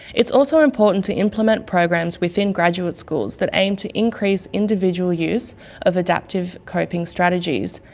it's also important to implement programs within graduate schools that aim to increase individual use of adaptive coping strategies,